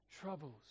troubles